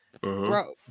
Bro